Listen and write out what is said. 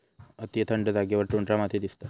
अती थंड जागेवर टुंड्रा माती दिसता